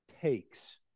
takes